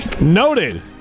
Noted